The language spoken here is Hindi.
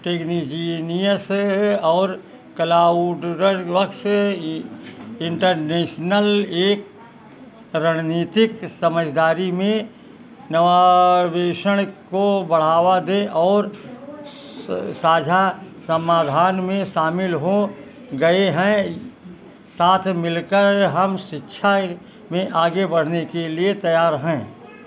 टेक्नीजीनियस और क्लाउड इंटरनेशनल एक रणनीतिक समझदारी में नवावेशन को बढ़ावा दे और साझा समाधान में शामिल हो गए हैं साथ मिलकर हम शिक्षा में आगे बढ़ने के लिए तैयार हैं